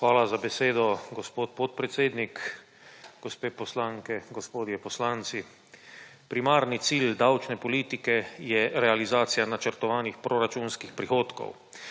Hvala za besedo, gospod podpredsednik. Gospe poslanke, gospodje poslanci. Primarni cilj davčne politike je realizacija načrtovanih proračunskih prihodkov.